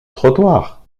trottoir